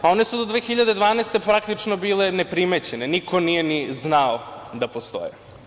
One su do 2012. godine praktično bile neprimećene, niko nije ni znao da postoje.